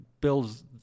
builds